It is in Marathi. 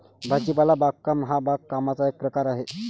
भाजीपाला बागकाम हा बागकामाचा एक प्रकार आहे